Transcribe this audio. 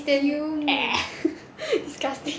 it's the new disgusting